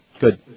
Good